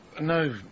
No